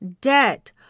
debt